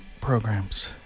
programs